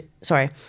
sorry